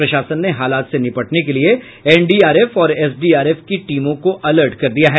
प्रशासन ने हालात से निपटने के लिये एनडीआरएफ और एसडीआरएफ की टीमों को अलर्ट कर दिया है